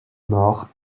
mort